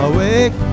Awake